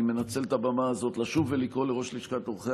אני מנצל את הבמה הזאת לשוב ולקרוא לראש לשכת עורכי